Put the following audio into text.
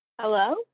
Hello